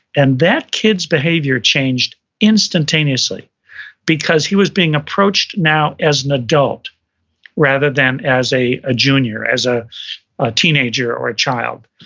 and that kid's behavior changed instantaneously because he was being approached now as an adult rather than as a ah junior, as a a teenager or a child.